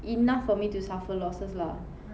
enough for me to suffer losses lah